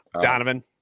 Donovan